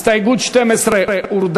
הסתייגות 12 הורדה.